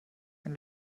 ein